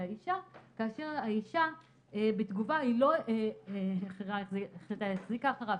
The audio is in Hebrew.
האישה כאשר האישה בתגובה היא לא החרה החזיקה אחריו,